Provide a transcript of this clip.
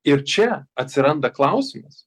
ir čia atsiranda klausimas